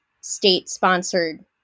state-sponsored